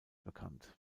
bekannt